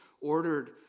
ordered